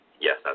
yes